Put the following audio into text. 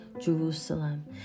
Jerusalem